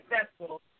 successful